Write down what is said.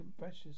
precious